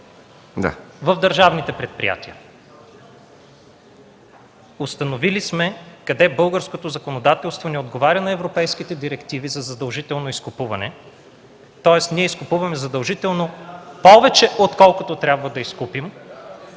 в държавните предприятия. Установили сме къде българското законодателство не отговаря на европейските директиви за задължително изкупуване, тоест ние изкупуваме задължително повече, отколкото трябва да изкупим,